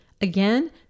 Again